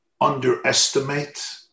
underestimate